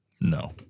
No